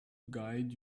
guide